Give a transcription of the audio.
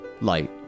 light